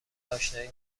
اشنایی